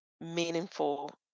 meaningful